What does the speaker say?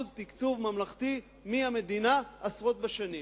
תקצוב ממלכתי מהמדינה עשרות בשנים.